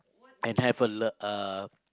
and have a l~ uh